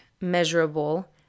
measurable